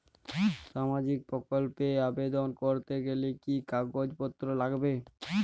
সামাজিক প্রকল্প এ আবেদন করতে গেলে কি কাগজ পত্র লাগবে?